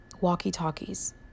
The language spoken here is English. Walkie-talkies